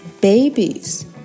babies